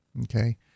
Okay